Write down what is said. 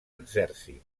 exèrcit